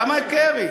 למה עם קרי?